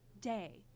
day